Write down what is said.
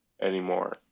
anymore